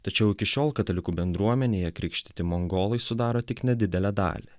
tačiau iki šiol katalikų bendruomenėje krikštyti mongolai sudaro tik nedidelę dalį